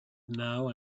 now